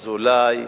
אזולאי,